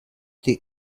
the